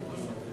אני מתקן: